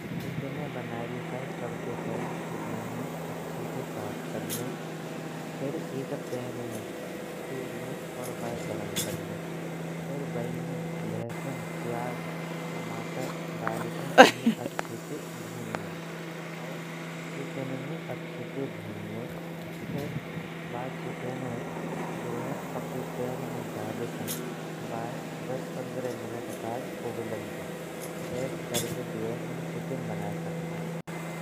चिकने बनावे काज सबते पहिले चिकने अच्छे ते साफ कर लेइन्। फिर एक पैन में तेल लेइन् और बाये गरम कर लेइन्, फिर बाये में लहसुन प्याज टमाटर डालके उन्हे अच्छे ते भुन लेइन्। और चिकनु अच्छे ते भुन लेइन् फिर बा चिकने जो है अपने पैन में डालके दस, पंद्रह मिनट के काज उबल्लान देइँ। ऐस करके जो है हम चिकने बनाए सकतेइन्।